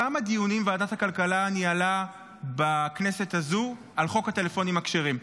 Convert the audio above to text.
כמה דיונים ועדת הכלכלה ניהלה בכנסת הזו על חוק הטלפונים הכשרים?